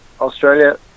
Australia